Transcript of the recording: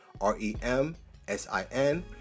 R-E-M-S-I-N